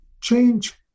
change